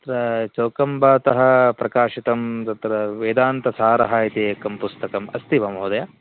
तत्र चौकम्बातः प्रकाशितं तत्र वेदान्तसारः इति एकं पुस्तकम् अस्ति वा महोदय